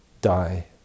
die